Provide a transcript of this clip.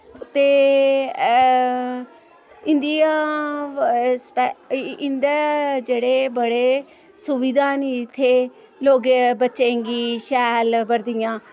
ते इंदियां स्पै इं'दै जेह्ड़े बड़े सुविधा न इत्थे लोक बच्चें गी शैल बर्दियां